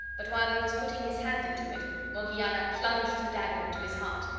but while he was putting his hand into it morgiana plunged the dagger into his heart.